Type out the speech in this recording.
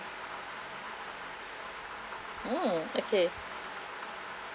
uh okay